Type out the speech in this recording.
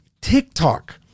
TikTok